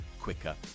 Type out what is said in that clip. quicker